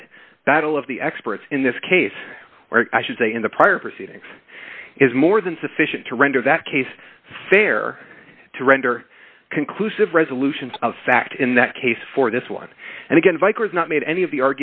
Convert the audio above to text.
that battle of the experts in this case or i should say in the prior proceeding is more than sufficient to render that case fair to render conclusive resolution of fact in that case for this one and again bikers not made any of the